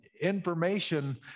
information